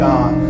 God